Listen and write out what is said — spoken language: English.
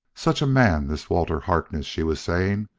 such a man, this walter harkness! she was saying.